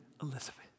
Elizabeth